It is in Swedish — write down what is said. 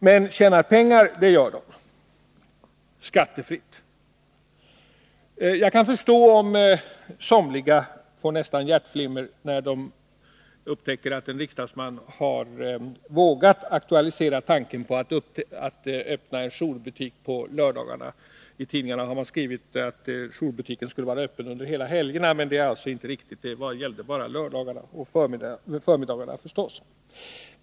Men tjänar pengar gör langarna — skattefritt. Jag kan förstå om somliga nästan får hjärtflimmer när de upptäcker att en riksdagsman har vågat aktualisera tanken på att öppna en jourbutik på lördagarna. I tidningarna har man skrivit att jourbutiken skulle vara öppen under hela helgerna, men det är alltså inte riktigt, det gällde bara lördagsförmiddagarna.